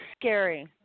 scary